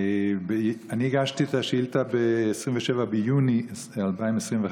הגשתי את השאילתה ב-27 ביוני 2021,